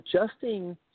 Adjusting